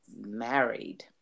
married